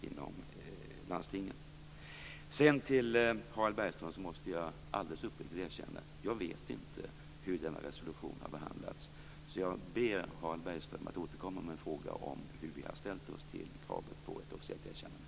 Sedan måste jag för Harald Bergström alldeles uppriktigt erkänna att jag inte vet hur resolutionen har behandlats, så jag ber Harald Bergström att återkomma med frågan om hur vi har ställt oss till kravet på ett officiellt erkännande.